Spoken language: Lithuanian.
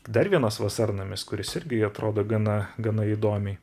dar vienas vasarnamis kuris irgi atrodo gana gana įdomiai